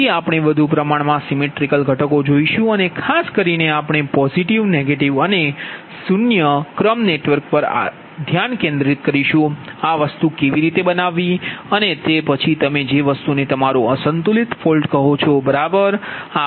તેથી આપણે વધુ પ્રમાણમા symmetrical components સિમેટ્રિકલ ઘટકો જોઇશુ અને ખાસ કરીને આપણે પોઝિટિવ નેગેટીવ અને શૂન્ય ક્રમ નેટવર્ક પર ધ્યાન કેન્દ્રિત કરીશું આ વસ્તુ કેવી રીતે બનાવવી તે અને પછી તમે જે વસ્તુને તમારો અસંતુલિત ફોલ્ટ કહો છો બરાબર